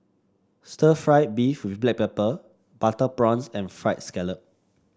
Stir Fried Beef with Black Pepper Butter Prawns and fried scallop